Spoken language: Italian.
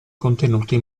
contenuti